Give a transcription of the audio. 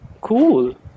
Cool